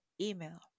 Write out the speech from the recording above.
email